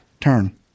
Turn